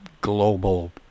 global